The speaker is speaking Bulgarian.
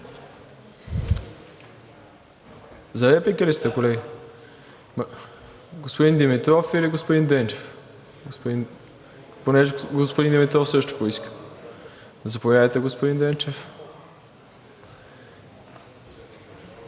За реплика ли сте, колега? Господин Димитров или господин Дренчев? Понеже господин Димитров също поиска. Заповядайте, господин Дренчев.